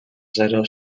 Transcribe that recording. zero